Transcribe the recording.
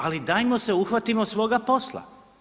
Ali dajmo se uhvatimo svoga posla.